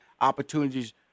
opportunities